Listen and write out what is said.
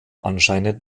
anscheinend